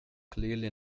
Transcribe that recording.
clearly